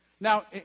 Now